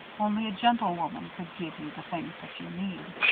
only a gentlewoman could give you the things that you need.